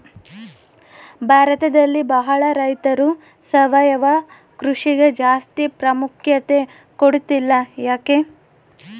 ಭಾರತದಲ್ಲಿ ಬಹಳ ರೈತರು ಸಾವಯವ ಕೃಷಿಗೆ ಜಾಸ್ತಿ ಪ್ರಾಮುಖ್ಯತೆ ಕೊಡ್ತಿಲ್ಲ ಯಾಕೆ?